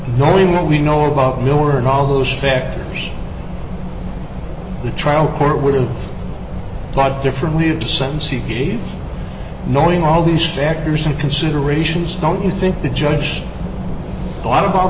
knowing what we know about miller and all those factors the trial court would have thought differently of the sentence c p knowing all these factors and considerations don't you think the judge thought about